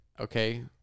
okay